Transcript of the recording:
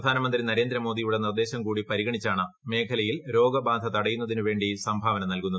പ്രധാനമന്ത്രി നരേന്ദ്രമോദിയുടെ നിർദ്ദേശം കൂടി പരിഗണിച്ചാണ് മേഖലയിൽ രോഗബാധ തടയുന്നതിന് വേണ്ടി സംഭാവന നൽകുന്നത്